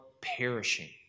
perishing